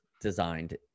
designed